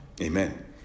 Amen